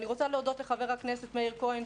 אני רוצה להודות לחבר הכנסת מאיר כהן,